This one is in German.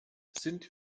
sind